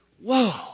whoa